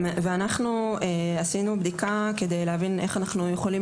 אנחנו עשינו בדיקה כדי להבין איך אנחנו יכולים